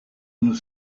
nous